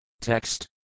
TEXT